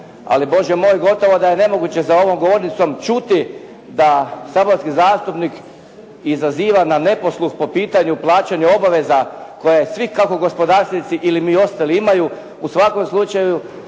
ali Bože moj gotovo da je nemoguće za ovom govornicom čuti da saborski zastupnik izaziva na neposluh po pitanju plaćanja obaveza koja je svih kako gospodarstvenici ili mi ostali imaju. U svakom slučaju,